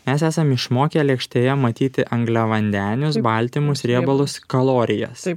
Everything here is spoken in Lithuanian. mes esam išmokę lėkštėje matyti angliavandenius baltymus riebalus kalorijas